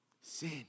Sin